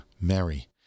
Mary